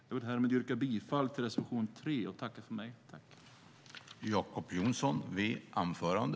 Jag vill härmed yrka bifall till reservation 3.